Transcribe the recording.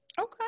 okay